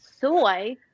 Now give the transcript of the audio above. Soy